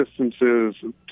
distances